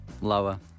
Lower